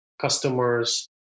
customers